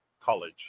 college